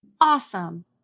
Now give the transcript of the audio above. awesome